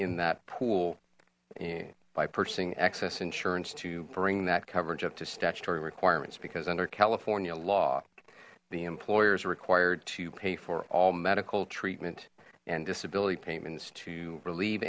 in that pool by purchasing excess insurance to bring that coverage up to statutory requirements because under california law the employer is required to pay for all medical treatment and disability payments to relieve